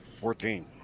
Fourteen